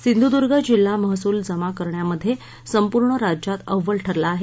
सिंधुदुर्ग जिल्हा महसूल जमा करण्यामध्ये संपूर्ण राज्यात अव्वल ठरला आहे